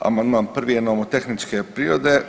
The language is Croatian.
Amandman 1. je nomotehničke prirode.